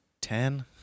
Ten